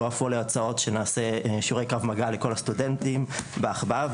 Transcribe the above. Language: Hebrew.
ועלו אפילו הצעות שנעשה שיעורי קרב מגע לכל הסטודנטים באחווה,